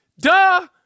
Duh